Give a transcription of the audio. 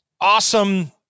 awesome